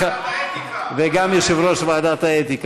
וגם יושב-ראש ועדת האתיקה.